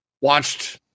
watched